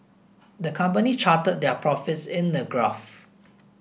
the company charted their profits in a graph